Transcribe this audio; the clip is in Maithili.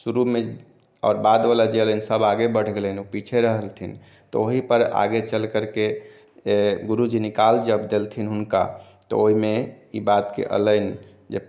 शुरूमे बादवला जे अयलनि सभ आगे बढ़ि गयलनि ओ पीछे रहलथिन तऽ ओहीपर आगे चलि करके गुरुजी निकाल जब देलथिन हुनका तऽ ओहिमे ई बातके अयलनि जे